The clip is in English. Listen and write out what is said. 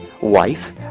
wife